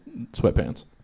sweatpants